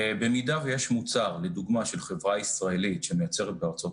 במידה ויש מוצר של חברה ישראלית שמייצרת בארצות